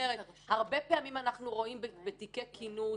הרבה פעמים אנחנו רואים בתיקי כינוס